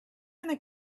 and